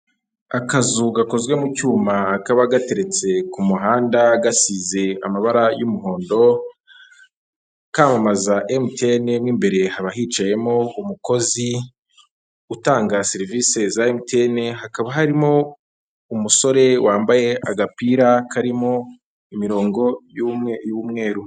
Akazu gakozwe mu cyuma kaba gateretse ku muhanda gasize amabara y'umuhondo kamamaza MTN, mu imbere haba hicayemo umukozi utanga serivisi za MTN, hakaba harimo umusore wambaye agapira karimo imirongo y'umweru.